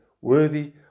worthy